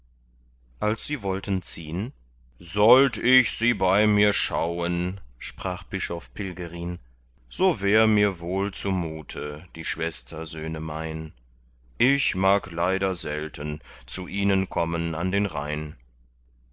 als sie wollten ziehn sollt ich sie bei mir schauen sprach bischof pilgerin so wär mir wohl zumute die schwestersöhne mein ich mag leider selten zu ihnen kommen an den rhein